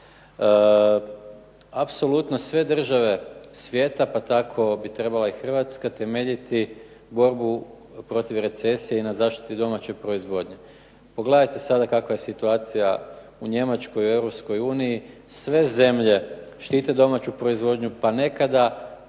Apsolutno sve države svijeta pa tako bi trebala Hrvatska temeljiti borbu protiv recesije na zaštiti vlastite proizvodnje. Pogledajte sada kakva je situacija u Njemačkoj i Europskoj uniji, sve zemlje štite domaću proizvodnju, pa nekada